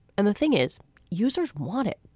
and the thing is users want it.